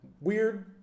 Weird